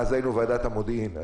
ואז היינו ועדת המשנה למודיעין,